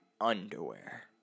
underwear